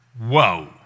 Whoa